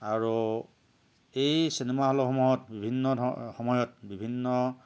আৰু এই চিনেমা হলসমূহত বিভিন্ন ধৰণৰ সময়ত বিভিন্ন